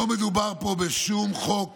לא מדובר פה בשום חוק